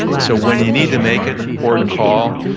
so when you need to make an important call,